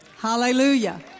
Hallelujah